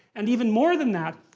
and even more than that,